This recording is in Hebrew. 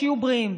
שיהיו בריאים.